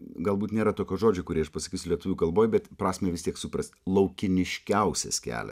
galbūt nėra tokio žodžio kurį aš pasakysiu lietuvių kalboj bet prasmę vis tiek supras laukiniškiausias kelia